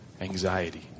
anxiety